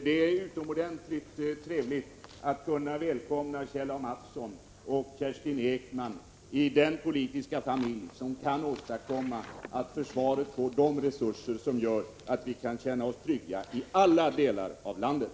Det är utomordentligt trevligt att kunna välkomna Kjell A. Mattsson och Kerstin Ekman i den politiska familj som kan åstadkomma att försvaret får de resurser som gör att vi kan känna oss trygga i alla delar av landet.